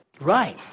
right